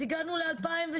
אז הגענו ל-2015.